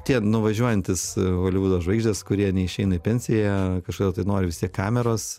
tie nuvažiuojantys holivudo žvaigždės kurie neišeina į pensiją kažkada tai nori vis tiek kameros